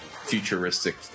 futuristic